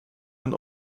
and